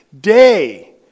day